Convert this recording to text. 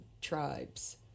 tribes